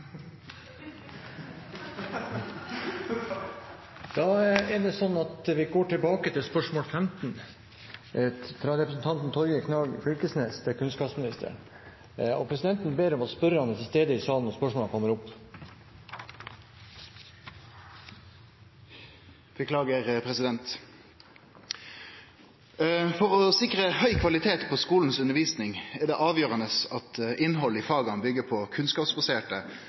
Da går vi tilbake til spørsmål 15, fra representanten Torgeir Knag Fylkesnes til kunnskapsministeren. Presidenten ber om at spørrerne er til stede i salen når spørsmålene kommer opp. Beklager, president! «For å sikre høy kvalitet på skolens undervisning er det avgjørende at innholdet i fagene bygger på kunnskapsbaserte,